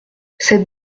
cette